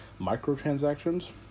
microtransactions